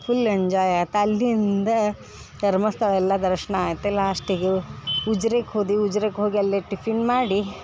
full enjoy ಆತು ಅಲ್ಲಿಂದ ಧರ್ಮಸ್ಥಳ ಎಲ್ಲ ದಶನ ಆತು ಲಾಸ್ಟಿಗೆ ಉಜ್ರೆಗ್ ಹೋದ್ವಿ ಉಜ್ರೆಗೆ ಹೋಗಿ ಅಲ್ಲಿ ಟಿಫಿನ್ ಮಾಡಿ